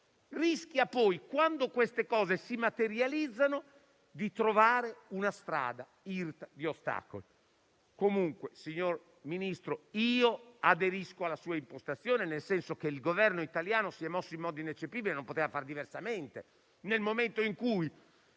rischia poi, quando certe cose si materializzano, di trovare una strada irta di ostacoli. In ogni caso, signor Ministro, aderisco alla sua impostazione, nel senso che il Governo italiano si è mosso in modo ineccepibile e non poteva fare diversamente: nel momento in cui